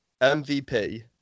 MVP